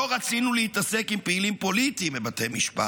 לא רצינו להתעסק עם פעילים פוליטיים בבתי המשפט.